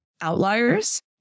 outliers